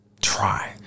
try